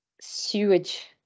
sewage